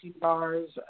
bars